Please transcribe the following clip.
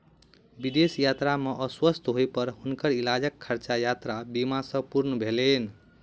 विदेश यात्रा में अस्वस्थ होय पर हुनकर इलाजक खर्चा यात्रा बीमा सॅ पूर्ण भेलैन